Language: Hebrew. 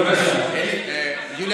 יוליה,